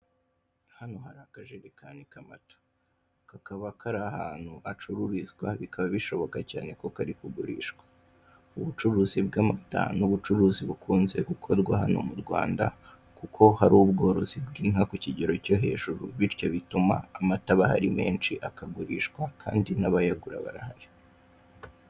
Hano hari akajerekeni k'amata kakaba kari ahantu hacururizwa bikaba bishoboka cyane ko kari kugurishwa, ubucuruzi bw'amata ni ubucuruzi bukunze gukorwa hano mu Rwanda kuko hari ubworozi bw'inka ku kigero cyo hejuru. Bityo bituma amata aba ahari menshi akagurishwa kandi n'abayagura barahari.